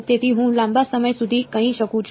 તેથી હું લાંબા સમય સુધી કહી શકું છું